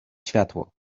światło